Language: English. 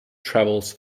travels